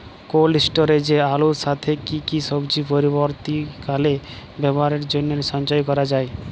Cold স্টোরেজে আলুর সাথে কি কি সবজি পরবর্তীকালে ব্যবহারের জন্য সঞ্চয় করা যায়?